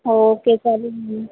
okay चालेल madam